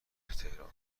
تهران